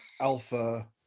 alpha